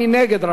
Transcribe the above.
מי נגד?